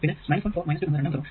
പിന്നെ 1 4 2 എന്നത് രണ്ടാമത്തെ റോ